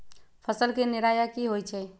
फसल के निराया की होइ छई?